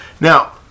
Now